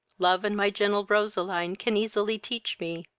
love and my gentle roseline can easily teach me.